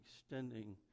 extending